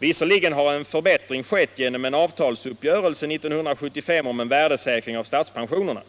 Visserligen har en förbättring skett genom en avtalsuppgörelse 1975 om en värdesäkring av statspensionerna.